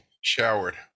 showered